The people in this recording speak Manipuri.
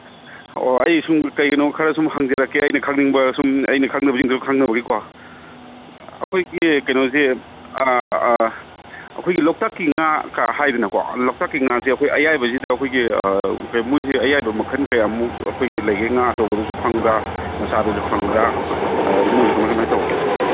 ꯑꯣ ꯑꯩ ꯁꯨꯝ ꯀꯩꯀꯩꯅꯣ ꯈꯔ ꯁꯨꯝ ꯍꯪꯖꯔꯛꯀꯦ ꯑꯩꯅ ꯈꯪꯅꯤꯡꯕ ꯁꯨꯝ ꯑꯩꯅ ꯈꯪꯗꯕꯁꯤꯡꯗꯣ ꯈꯪꯅꯕꯒꯤꯀꯣ ꯑꯩꯈꯣꯏꯒꯤ ꯀꯩꯅꯣꯁꯦ ꯑꯩꯈꯣꯏꯒꯤ ꯂꯣꯛꯇꯥꯛꯀꯤ ꯉꯥꯀ ꯍꯥꯏꯗꯅꯀꯣ ꯂꯣꯛꯇꯥꯛꯀꯤ ꯉꯥꯁꯦ ꯑꯩꯈꯣꯏ ꯑꯌꯥꯏꯕꯁꯤꯗ ꯑꯩꯈꯣꯏꯒꯤ ꯃꯣꯏꯁꯦ ꯑꯌꯥꯏꯕ ꯃꯈꯟ ꯀꯌꯥꯃꯨꯛ ꯑꯩꯈꯣꯏꯒꯤ ꯂꯩꯒꯦ ꯉꯥ ꯑꯆꯧꯕꯗꯁꯨ ꯐꯪꯕ꯭ꯔꯥ ꯃꯉꯥꯗꯁꯨ ꯐꯪꯕ꯭ꯔꯥ ꯃꯣꯏꯁꯦ ꯀꯃꯥꯏ ꯀꯃꯥꯏ ꯇꯧꯒꯦ